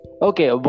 Okay